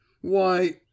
Why—